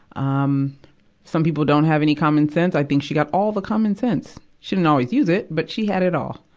um some people don't have any common sense. i think she got all the common sense. she didn't always use it, but she had it all.